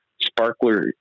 sparkler